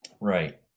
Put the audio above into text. Right